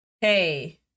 Hey